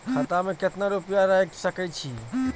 खाता में केतना रूपया रैख सके छी?